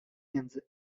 między